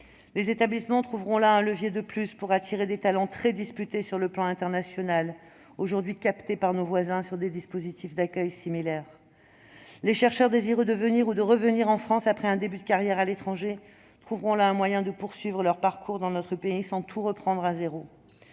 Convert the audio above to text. les établissements trouveront là un levier de plus pour attirer des talents très disputés sur le plan international et aujourd'hui captés par nos voisins sur des dispositifs d'accueil similaires. Les chercheurs désireux de venir ou de revenir en France après un début de carrière à l'étranger trouveront là un moyen de poursuivre leur parcours dans notre pays sans tout reprendre à zéro.